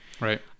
Right